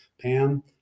Pam